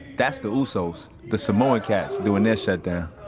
that's the usos, the samoan cats doing their shutdown